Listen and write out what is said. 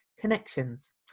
Connections